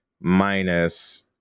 minus